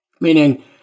Meaning